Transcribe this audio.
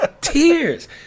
tears